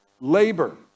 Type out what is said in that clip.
Labor